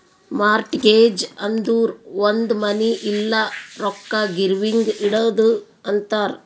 mortgage ಅಂದುರ್ ಒಂದ್ money ಇಲ್ಲ ರೊಕ್ಕಾ ಗಿರ್ವಿಗ್ ಇಡದು ಅಂತಾರ್